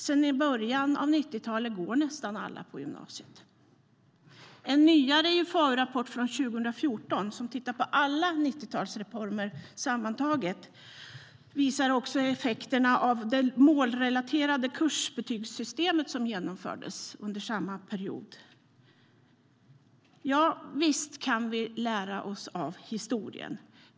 Sedan början av 90-talet går nästan alla på gymnasiet. Ja, visst kan vi lära oss av historien.